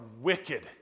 wicked